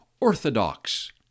orthodox